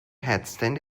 hatstand